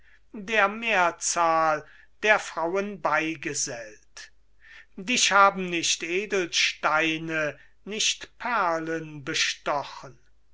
der mehrzahl beigesellt dich haben nicht edelsteine nicht perlen bestochen